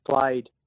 played